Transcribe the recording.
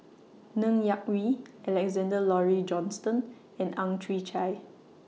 Ng Yak Whee Alexander Laurie Johnston and Ang Chwee Chai